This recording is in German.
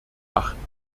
achten